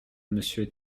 monsieur